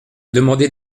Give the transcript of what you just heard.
demander